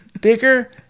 bigger